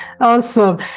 Awesome